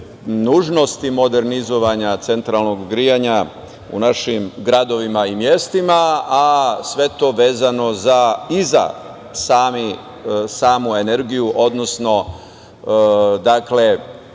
nužnosti modernizovanja centralnog grejanja u našim gradovima i mestima, a sve to vezano i za samu energiju, odnosno